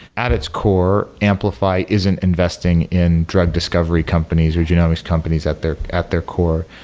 at its core, amplify isn't investing in drug discovery companies or genomics companies at their at their core.